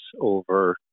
over